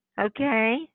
okay